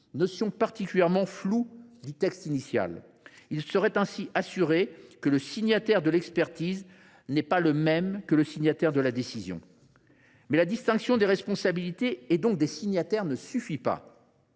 notion particulièrement floue retenue dans le texte initial. On s’assurera ainsi que le signataire de l’expertise n’est pas le même que le signataire de la décision. Mais la distinction des responsabilités, donc des signataires, ne suffit pas.